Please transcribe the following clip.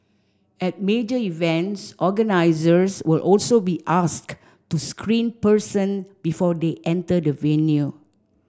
at major events organisers will also be asked to screen person before they enter the venue